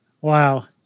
Wow